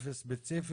תלך ספציפית